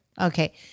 okay